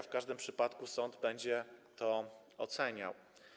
W każdym przypadku sąd będzie to oceniał.